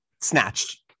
Snatched